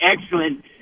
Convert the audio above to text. excellent